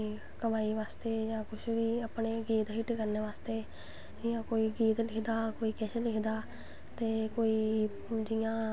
ते सब कुश मतलव होंदा ऐ कि मतलव असैं अच्छे टेल्लर कोला दा कम्म कराचै हर चीज़ अस कोला दा ठीक ठीक होनीं चाही दी साढ़ी ते होर